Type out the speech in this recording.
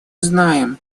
знаем